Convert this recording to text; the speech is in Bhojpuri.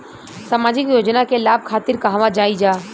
सामाजिक योजना के लाभ खातिर कहवा जाई जा?